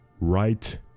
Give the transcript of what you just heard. Right